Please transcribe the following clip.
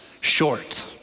short